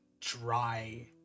dry